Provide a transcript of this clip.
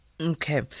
Okay